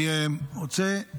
אני רוצה,